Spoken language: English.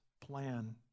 plan